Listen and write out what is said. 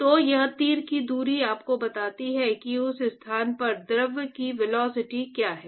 तो यह तीर की दूरी आपको बताती है कि उस स्थान पर द्रव की वेलोसिटी क्या है